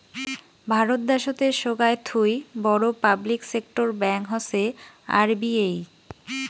ভারত দ্যাশোতের সোগায় থুই বড় পাবলিক সেক্টর ব্যাঙ্ক হসে আর.বি.এই